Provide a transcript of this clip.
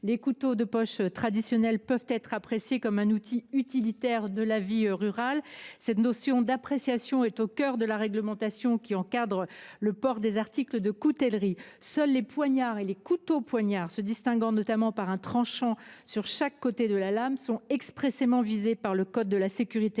Le couteau de poche traditionnel peut être apprécié comme un outil utilitaire de la vie rurale. La notion d’appréciation est précisément au cœur de la réglementation qui encadre le port des articles de coutellerie. Seuls les poignards et les couteaux poignards, se distinguant notamment par un tranchant sur chaque côté de la lame, sont expressément visés par le code de la sécurité